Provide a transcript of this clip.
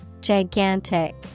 Gigantic